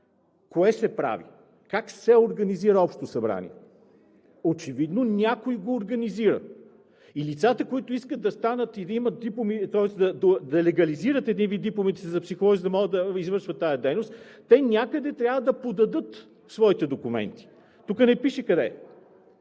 Кое се прави? Как се организира Общо събрание? Очевидно някой го организира и лицата, които искат да станат и да имат дипломи, тоест да легализират един вид дипломите си за психолози, за да могат да извършват тази дейност, някъде трябва да подадат своите документи. Тук не пише къде.